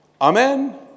Amen